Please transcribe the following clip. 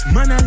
Man